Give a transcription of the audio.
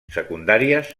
secundàries